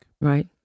right